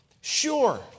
Sure